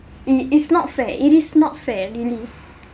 it is not fair it is not fair really